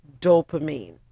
dopamine